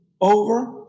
over